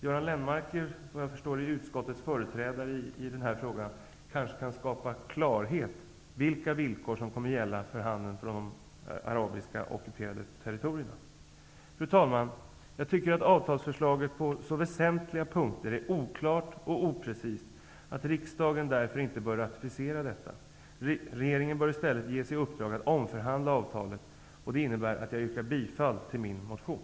Göran Lennmarker, som vad jag förstår är utskottets företrädare i den här frågan, kanske kan skapa klarhet i fråga om vilka villkor som kommer att gälla för handeln med de arabiska ockuperade territorierna. Fru talman! Jag tycker att avtalsförslaget på så väsentliga punkter är oklart och oprecist, att riksdagen därför inte bör ratificera detta. Regeringen bör i stället ges i uppdrag att omförhandla avtalet. Det innebär att jag yrkar bifall till min motion.